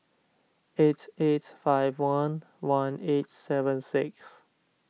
eight eight five one one eight seven six